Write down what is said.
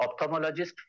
ophthalmologist